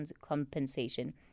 compensation